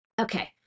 Okay